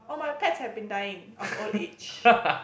all my pets have been dying of old age